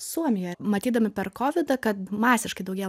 suomija matydami per kovidą kad masiškai daugėja